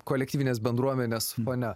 kolektyvinės bendruomenės fone